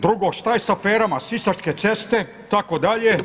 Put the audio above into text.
Drugo, šta je sa aferama sisačke ceste itd.